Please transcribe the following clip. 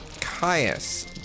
Caius